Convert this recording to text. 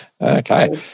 Okay